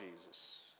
Jesus